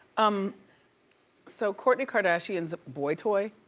um so kourtney kardashian's boy toy,